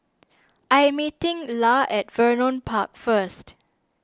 I meeting Llah at Vernon Park first